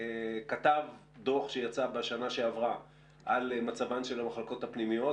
כתב דוח שיצא בשנה שעברה על מצבן של המחלקות הפנימיות.